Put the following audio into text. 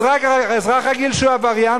אזרח רגיל שהוא עבריין,